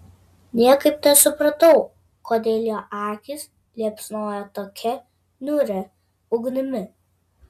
niekaip nesupratau kodėl jo akys liepsnoja tokia niūria ugnimi